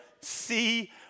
see